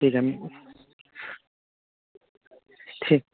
ठीक है ठीक